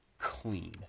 clean